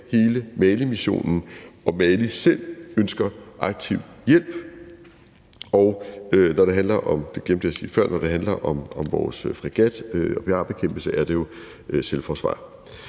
hele Malimissionen, og Mali ønsker selv aktiv hjælp. Når det handler om – det glemte jeg at sige før – vores fregat og terrorbekæmpelse, er det jo selvforsvar.